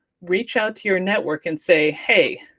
reach out to your network and say, hey,